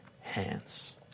hands